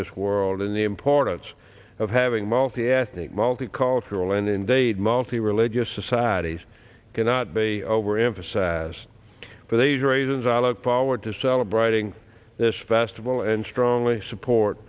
this world and the importance of having multi ethnic multicultural and invade multi religious societies cannot be overemphasized but a great as i look forward to celebrating this festival and strongly support